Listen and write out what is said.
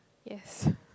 yes